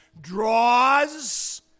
draws